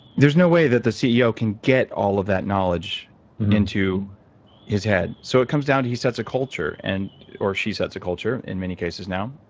there's no way that the ceo can get all of that knowledge into his head so it comes down to he sets a culture. and or, she sets a culture in many cases now,